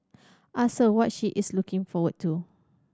ask her what she is looking forward to